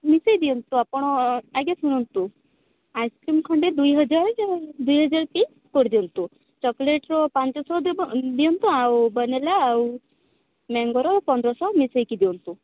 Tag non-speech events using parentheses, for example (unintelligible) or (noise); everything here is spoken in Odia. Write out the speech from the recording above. ମିଶେଇ ଦିଅନ୍ତୁ ଆପଣ ଆଜ୍ଞା ଶୁଣନ୍ତୁ ଆଇସକ୍ରିମ୍ ଖଣ୍ଡେ ଦୁଇ ହଜାର (unintelligible) ଦୁଇ ହଜାର କିଟ କରିଦିଅନ୍ତୁ ଚକଲେଟ୍ର ପାଞ୍ଚଶହ ଦେବ ଦିଅନ୍ତୁ ଆଉ ଭାନିଲା ଆଉ ମ୍ୟାଙ୍ଗୋର ପନ୍ଦରଶହ ମିଶେଇକି ଦିଅନ୍ତୁ